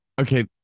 okay